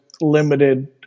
limited